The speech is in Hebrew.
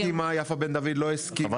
לא לא רגע --- יפה בן דוד לא הסכימה לוותר להם.